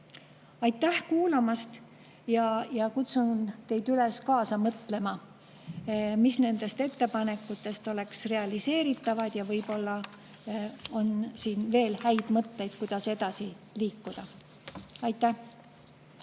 Aitäh kuulamast! Kutsun teid üles kaasa mõtlema, mis nendest ettepanekutest oleks realiseeritavad, ja võib-olla on siin veel häid mõtteid, kuidas edasi liikuda. Aitäh!